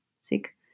sick